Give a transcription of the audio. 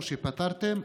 או שפתרתם,